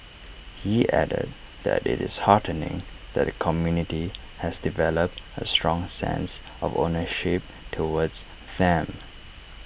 he added that IT is heartening that the community has developed A strong sense of ownership towards them